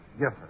Yes